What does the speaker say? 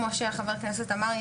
כמו שחבר הכנסת אמר,